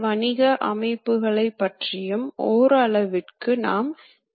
எனவே டிசி மற்றும் ஏசி டிரைவ்கள் பொதுவாக பயன்படுத்தப்படுகின்றன